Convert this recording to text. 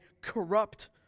corrupt